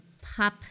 pop